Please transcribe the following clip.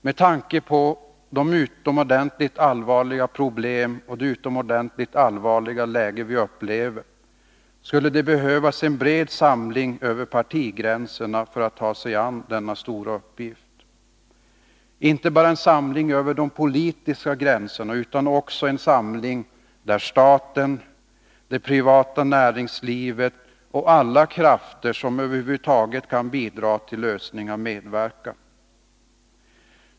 Med tanke på de utomordentligt allvarliga problem och det utomordentligt allvarliga läge vi har skulle det behövas en bred samling över partigränserna när man skall ta sig an denna stora uppgift — inte bara en samling över de politiska gränserna utan också en samling där staten, det privata näringslivet och alla krafter som över huvud taget kan bidra till lösningar medverkar.